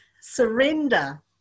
Surrender